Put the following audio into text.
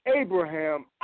Abraham